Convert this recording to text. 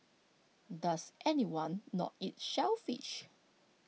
does anyone not eat shellfish